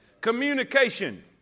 Communication